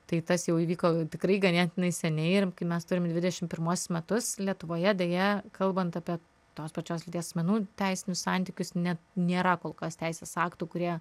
tai tas jau įvyko tikrai ganėtinai seniai ir kai mes turim dvidešim pirmuosius metus lietuvoje deja kalbant apie tos pačios lyties asmenų teisinius santykius net nėra kol kas teisės aktų kurie